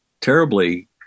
terribly